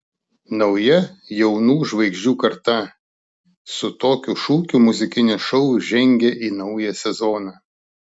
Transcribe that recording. nauja jaunų žvaigždžių karta su tokiu šūkiu muzikinis šou žengia į naują sezoną